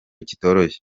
kitoroshye